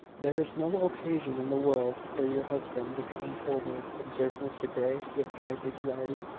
there is no occasion in the world for your husband to come forward, observed mr grey, with kind anxiety.